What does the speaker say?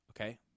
Okay